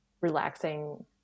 relaxing